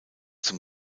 zum